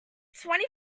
twenty